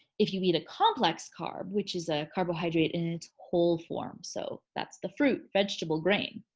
if you eat a complex carb which is a carbohydrate in its whole form so that's the fruit, vegetable, grain.